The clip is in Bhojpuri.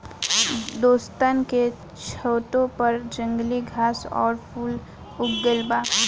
दोस्तन के छतों पर जंगली घास आउर फूल उग गइल बा